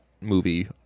movie